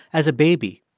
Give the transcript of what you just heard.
as a baby,